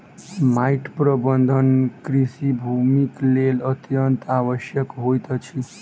माइट प्रबंधन कृषि भूमिक लेल अत्यंत आवश्यक होइत अछि